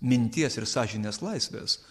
minties ir sąžinės laisvės